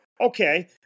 Okay